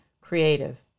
creative